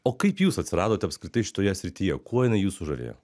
o kaip jūs atsiradote apskritai šitoje srityje kuo jinai jus sužavėjo